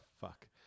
fuck